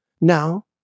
Now